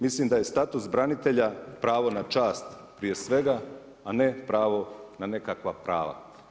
Mislim da je status branitelja pravo na čast prije svega, a ne pravo na nekakva prava.